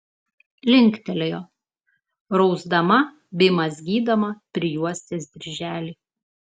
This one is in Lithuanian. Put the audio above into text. linktelėjo rausdama bei mazgydama prijuostės dirželį